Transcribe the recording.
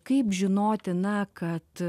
kaip žinoti na kad